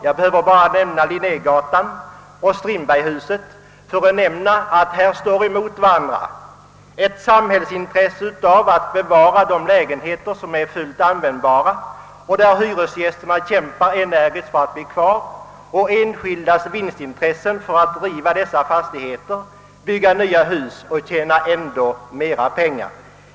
Jag behöver bara nämna Linnégatan och Strindbergshuset för att belysa att här står emot varandra samhällets intresse att bevara lägenheter, som är fullt användbara och som hyresgästerna kämpar energiskt för att få bo kvar i, och enskildas intresse att riva fastigheterna, bygga nya hus och tjäna ännu mer pengar.